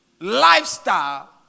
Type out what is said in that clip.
lifestyle